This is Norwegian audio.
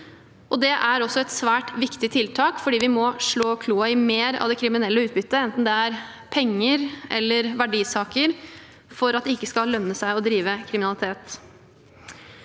Det er et svært viktig tiltak, for vi må slå kloa i mer av det kriminelle utbyttet, enten det er penger eller verdisaker, slik at det ikke skal lønne seg å drive med kriminalitet.